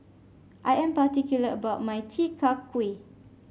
I am particular about my Chi Kak Kuih